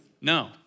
No